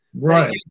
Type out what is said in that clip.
Right